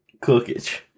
Cookage